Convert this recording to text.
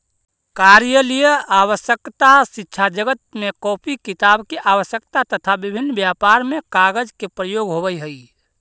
कार्यालयीय आवश्यकता, शिक्षाजगत में कॉपी किताब के आवश्यकता, तथा विभिन्न व्यापार में कागज के प्रयोग होवऽ हई